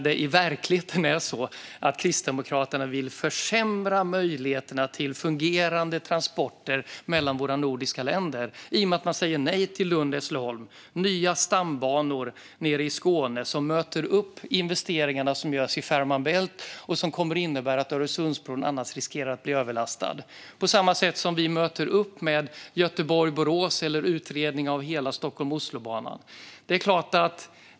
I verkligheten vill ju Kristdemokraterna försämra möjligheterna till fungerande transporter mellan våra nordiska länder i och med att de säger nej till Lund-Hässleholm och nya stambanor nere i Skåne som möter upp investeringarna som görs i Fehmarn Bält eftersom Öresundsbron annars riskerar att bli överlastad, på samma sätt som vi möter upp med Göteborg-Borås eller utredning av hela Stockholm-Oslo-banan.